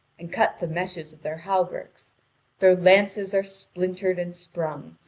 and cut the meshes of their hauberks their lances are splintered and sprung,